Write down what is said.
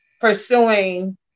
pursuing